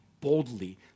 boldly